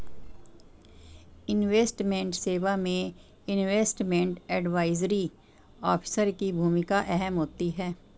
investment सेवा में investment advisory officer की भूमिका अहम होती है